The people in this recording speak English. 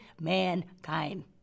mankind